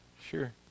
sure